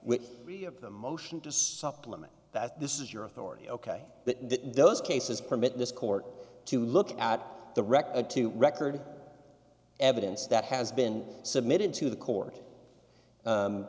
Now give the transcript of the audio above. of the motion to supplement that this is your authority ok that those cases permit this court to look at the record to record an evidence that has been submitted to the court